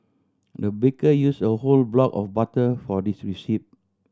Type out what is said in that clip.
the baker use a whole block of butter for this recipe